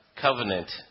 covenant